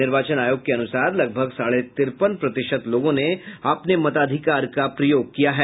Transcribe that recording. निर्वाचन आयोग के अनुसार लगभग साढ़े तिरपन प्रतिशत लोगों ने अपने मताधिकार का प्रयोग किया है